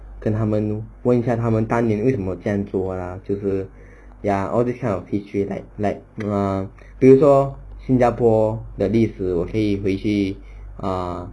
跟他们问一下他们当年为什么这样做 ah 就是 ya all these kind of history like like 什么比如说新加坡的历史我可以回去 err